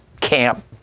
camp